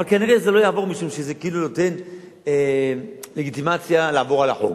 אבל כרגע זה לא יעבור משום שזה כאילו נותן לגיטימציה לעבור על החוק.